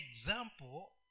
example